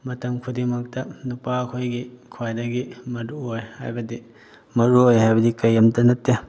ꯃꯇꯝ ꯈꯨꯗꯤꯡꯃꯛꯇ ꯅꯨꯄꯥ ꯑꯩꯈꯣꯏꯒꯤ ꯈ꯭ꯋꯥꯏꯗꯒꯤ ꯃꯔꯨꯑꯣꯏ ꯍꯥꯏꯕꯗꯤ ꯃꯔꯨꯑꯣꯏ ꯍꯥꯏꯕꯗꯤ ꯀꯔꯤꯝꯇ ꯅꯠꯇꯦ